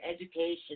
education